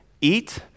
Eat